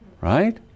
right